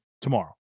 tomorrow